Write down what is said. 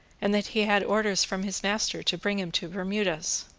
and that he had orders from his master to bring him to bermudas.